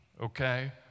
okay